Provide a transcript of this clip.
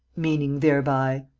meaning thereby.